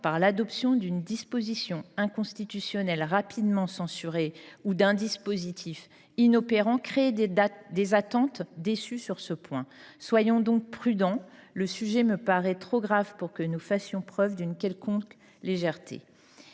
par l’adoption d’une disposition inconstitutionnelle rapidement censurée ou d’un dispositif inopérant, créer des attentes vouées à être déçues. Soyons donc prudents : le sujet me paraît trop grave pour que nous fassions preuve d’une quelconque légèreté.